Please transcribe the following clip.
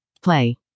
Play